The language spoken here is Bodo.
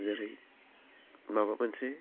जेरै माबा मोनसे